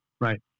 Right